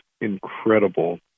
incredible